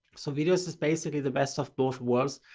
so videos is basically the best of both worlds.